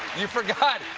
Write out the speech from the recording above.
you forgot.